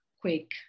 quick